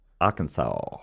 Arkansas